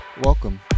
Welcome